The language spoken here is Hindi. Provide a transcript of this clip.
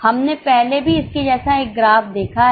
हमने पहले भी इसके जैसा एक ग्राफ देखा है